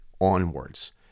onwards